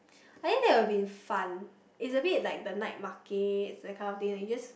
I think that will be fun is a bit like the night market that kind of thing that you just